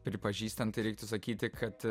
pripažįstant tai reiktų sakyti kad